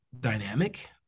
dynamic